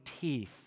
teeth